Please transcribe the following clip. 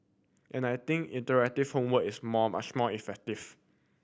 and I think interactive homework is more much more effective